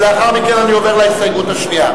לאחר מכן אני עובר להסתייגות השנייה.